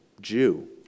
Jew